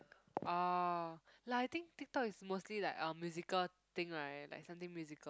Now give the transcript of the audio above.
oh like I think TikTok is mostly like uh musical thing right like something musical